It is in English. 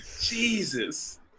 Jesus